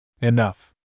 Enough